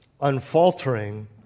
unfaltering